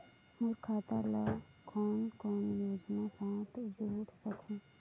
मोर खाता ला कौन कौन योजना साथ जोड़ सकहुं?